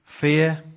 fear